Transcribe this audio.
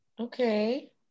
Okay